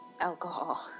alcohol